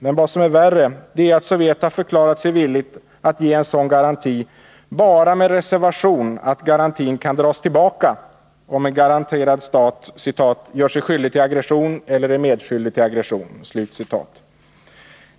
Men vad som är värre, det är att Sovjet har förklarat sig villigt att ge en sådan garanti bara med reservation att garantin kan dras tillbaka om en garanterad stat ”gör sig skyldig till aggression eller är medskyldig till aggression”.